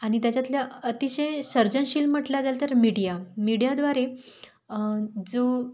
आणि त्याच्यातल्या अतिशय सर्जनशील म्हटलं झालं तर मीडिया मीडियाद्वारे जो